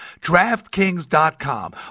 DraftKings.com